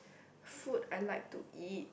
food I like to eat